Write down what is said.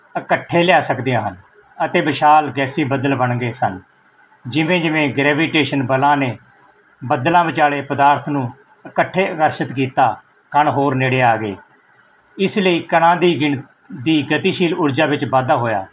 ਇਕੱਠੇ ਲਿਆ ਸਕਦੀਆਂ ਹਨ ਅਤੇ ਵਿਸ਼ਾਲ ਗੈਸੀ ਬੱਦਲ ਬਣ ਗਏ ਸਨ ਜਿਵੇਂ ਜਿਵੇਂ ਗ੍ਰੈਵੀਟੇਸ਼ਨ ਬਲਾਂ ਨੇ ਬੱਦਲਾਂ ਵਿਚਾਲੇ ਪਦਾਰਥ ਨੂੰ ਇਕੱਠੇ ਆਕਰਸ਼ਿਤ ਕੀਤਾ ਕਣ ਹੋਰ ਨੇੜੇ ਆ ਗਏ ਇਸ ਲਈ ਕਣਾਂ ਦੀ ਗਿਣ ਦੀ ਗਤੀਸ਼ੀਲ ਊਰਜਾ ਵਿੱਚ ਵਾਧਾ ਹੋਇਆ